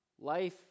Life